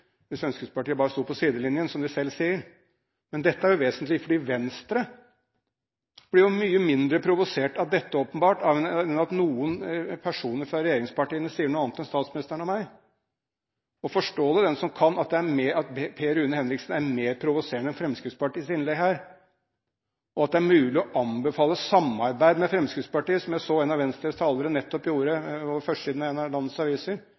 hvis Fremskrittspartiet bare sto på sidelinjen, som de selv sier, men det er jo vesentlig fordi Venstre åpenbart blir mye mindre provosert av dette enn av at noen personer fra regjeringspartiene sier noe annet enn statsministeren og jeg. Forstå det den som kan, at Per Rune Henriksen er mer provoserende enn Fremskrittspartiets innlegg her, og at det er mulig å anbefale samarbeid med Fremskrittspartiet, som jeg så en av Venstres talere nettopp gjorde på førstesiden i en av landets aviser.